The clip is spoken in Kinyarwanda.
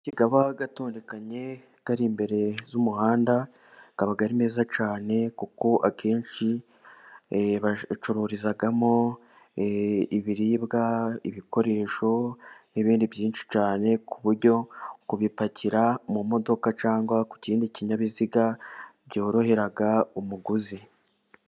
Amabotike aba atondekanye ari imbere y'umuhanda, aba ari meza cyane, kuko akenshi bacururizamo ibiribwa, ibikoresho, n'ibindi byinshi cyane, ku buryo kubipakira mu modoka, cyangwa ku kindi kinyabiziga byorohera umuguzi.